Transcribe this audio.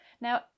Now